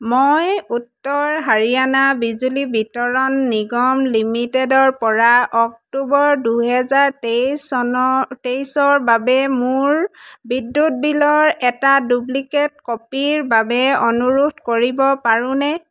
মই উত্তৰ হাৰিয়ানা বিজুলী বিতৰণ নিগম লিমিটেডৰ পৰা অক্টোবৰ দুহেজাৰ তেইছ চনৰ তেইছৰ বাবে মোৰ বিদ্যুৎ বিলৰ এটা ডুপ্লিকেট কপিৰ বাবে অনুৰোধ কৰিব পাৰোনে